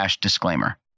disclaimer